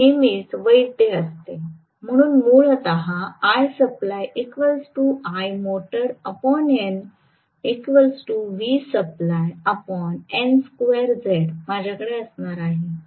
हे नेहमीच वैध असते म्हणून मूलत माझ्याकडे असणार आहे